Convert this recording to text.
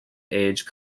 age